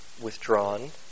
withdrawn